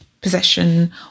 possession